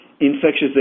infectious